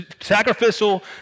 sacrificial